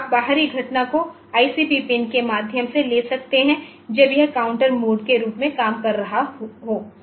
तो आप बाहरी घटना को आईसीपी पिन के माध्यम से ले सकते हैं जब यह काउंटर मोड के रूप में काम कर रहा हो